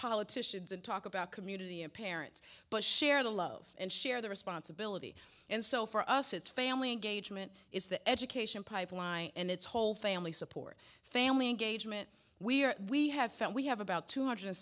politicians and talk about community and parents but share the love and share the responsibility and so for us it's family engagement is the education pipeline and it's whole family support family engagement we're we have found we have about two hundred